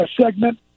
segment